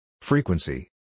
Frequency